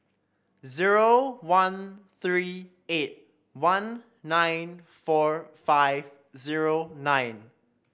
zero one three eight one nine four five zero nine